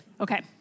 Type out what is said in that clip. Okay